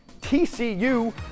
TCU